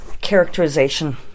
characterization